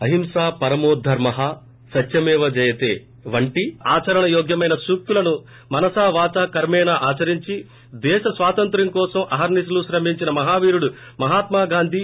అహింస పరమోధర్మ సత్యమేవ జయతే మాట ఆచరణ యోగ్యమైన సూక్తులను మనసా వాచా కర్మేణ ఆచరించి దేశ స్వాతంత్ర్యం కోసం ఆహార్పి శలు శ్రమించిన మహావీరుడు మహాత్మాగాంధీ